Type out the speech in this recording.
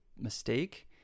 mistake